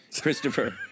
Christopher